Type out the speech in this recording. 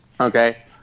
okay